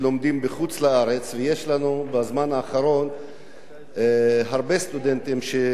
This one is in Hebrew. יש לנו בזמן האחרון הרבה סטודנטים שלומדים בחוץ-לארץ,